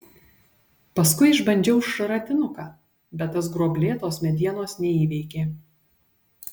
paskui išbandžiau šratinuką bet tas gruoblėtos medienos neįveikė